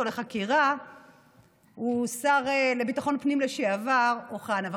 לחקירה הוא השר לביטחון הפנים לשעבר אוחנה.